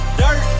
dirt